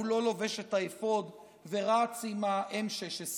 הוא לא לובש את האפוד ורץ עם ה-M16,